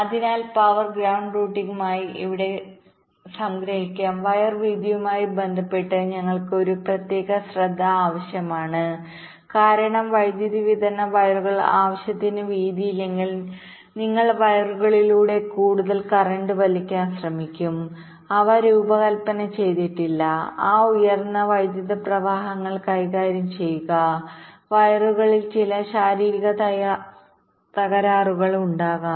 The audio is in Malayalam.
അതിനാൽ പവർ ഗ്രൌണ്ട് റൂട്ടിംഗിനായി ഇവിടെ സംഗ്രഹിക്കാൻ വയർ വീതിയുമായി ബന്ധപ്പെട്ട് ഞങ്ങൾക്ക് പ്രത്യേക ശ്രദ്ധ ആവശ്യമാണ് കാരണം വൈദ്യുതി വിതരണ വയറുകൾ ആവശ്യത്തിന് വീതിയില്ലെങ്കിൽ നിങ്ങൾ വയറുകളിലൂടെ കൂടുതൽ കറന്റ് വലിക്കാൻ ശ്രമിക്കും അവ രൂപകൽപ്പന ചെയ്തിട്ടില്ല ആ ഉയർന്ന വൈദ്യുത പ്രവാഹങ്ങൾ കൈകാര്യം ചെയ്യുക വയറുകളിൽ ചില ശാരീരിക തകരാറുകൾ ഉണ്ടാകാം